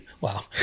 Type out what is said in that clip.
Wow